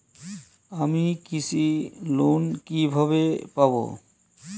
আমি কৃষি লোন কিভাবে পাবো?